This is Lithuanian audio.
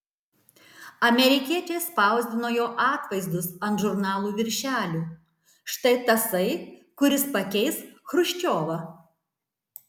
amerikiečiai spausdino jo atvaizdus ant žurnalų viršelių štai tasai kuris pakeis chruščiovą